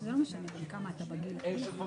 עאידה,